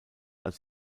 als